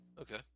Okay